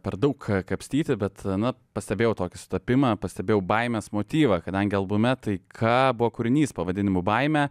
per daug kapstyti bet na pastebėjau tokį sutapimą pastebėjau baimės motyvą kadangi albume taika buvo kūrinys pavadinimu baimė